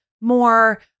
more